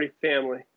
family